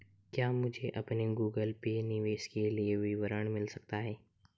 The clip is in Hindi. क्या मुझे अपने गूगल पे निवेश के लिए विवरण मिल सकता है?